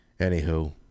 Anywho